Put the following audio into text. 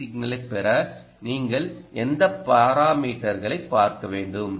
C சிக்னலைப் பெற நீங்கள் எந்த பாராமீட்டர்களைப் பார்க்க வேண்டும்